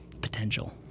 potential